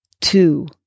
two